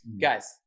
guys